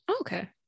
Okay